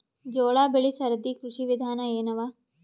ಜೋಳ ಬೆಳಿ ಸರದಿ ಕೃಷಿ ವಿಧಾನ ಎನವ?